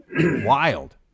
wild